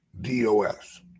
DOS